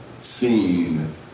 seen